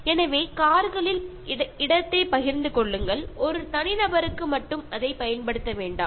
எனவே கார்களில் இடத்தைப் பகிர்ந்து கொள்ளுங்கள் ஒரு தனிநபருக்கு மட்டும் அதைப் பயன்படுத்த வேண்டாம்